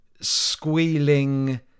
squealing